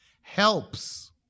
Helps